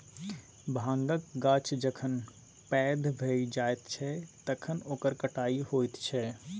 भाँगक गाछ जखन पैघ भए जाइत छै तखन ओकर कटाई होइत छै